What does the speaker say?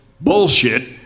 bullshit